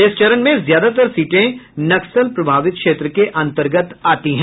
इस चरण में ज्यादातर सीटें नक्सल प्रभावित क्षेत्र के अंतर्गत आती हैं